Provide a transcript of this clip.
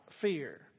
fear